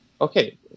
Okay